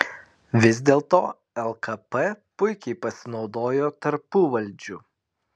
vis dėlto lkp puikiai pasinaudojo tarpuvaldžiu